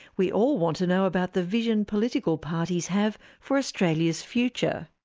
we all want to know about the vision political parties have for australia's future?